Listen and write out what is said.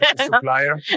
supplier